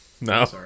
No